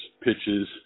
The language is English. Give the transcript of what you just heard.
pitches